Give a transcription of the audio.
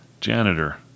janitor